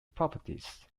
properties